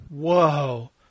Whoa